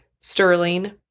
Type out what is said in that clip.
Sterling